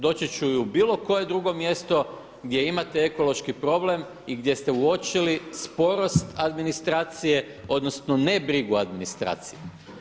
Doći ću i u bilo koje drugo mjesto gdje imate ekološki problem i gdje ste uočili sporost administracije, odnosno ne brigu administracije.